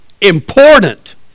important